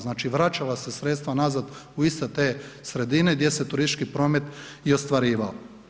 Znači vraćala se sredstva nazad u iste te sredine gdje se turistički promet i ostvarivao.